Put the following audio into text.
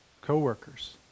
co-workers